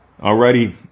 Alrighty